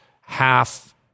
half